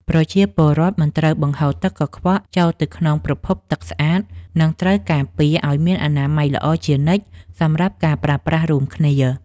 ប្រជាពលរដ្ឋមិនត្រូវបង្ហូរទឹកកខ្វក់ចូលទៅក្នុងប្រភពទឹកស្អាត និងត្រូវការពារឱ្យមានអនាម័យល្អជានិច្ចសម្រាប់ការប្រើប្រាស់រួមគ្នា។